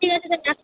ঠিক আছে তাহলে রাখি